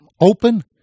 open